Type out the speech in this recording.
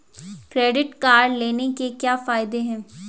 Credit card लेने के क्या फायदे हैं?